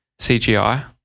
CGI